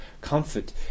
comfort